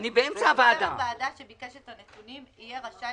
חבר הוועדה שביקש את הנתונים יהיה רשאי